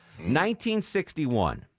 1961